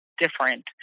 different